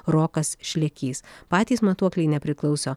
rokas šlekys patys matuokliai nepriklauso